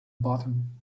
bottom